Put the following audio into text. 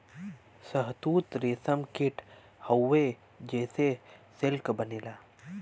शहतूत रेशम कीट हउवे जेसे सिल्क बनेला